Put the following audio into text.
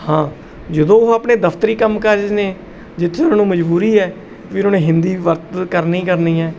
ਹਾਂ ਜਦੋਂ ਉਹ ਆਪਣੇ ਦਫਤਰੀ ਕੰਮ ਕਾਜ ਨੇ ਜਿੱਥੇ ਉਹਨਾਂ ਨੂੰ ਮਜਬੂਰੀ ਹੈ ਵੀ ਉਹਨਾਂ ਨੇ ਹਿੰਦੀ ਵਰਤੋਂ ਕਰਨੀ ਕਰਨੀ ਹੈ